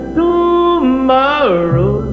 tomorrow